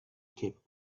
kept